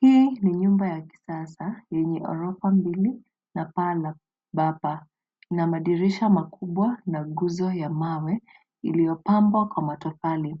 Hii ni nyumba ya kisasa yenye ghorofa mbili na paa la bapa. Ina madirisha makubwa na nguzo ya mawe, iliyopambwa kwa matofali.